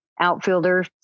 outfielder